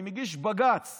אני מגיש בג"ץ